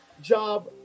job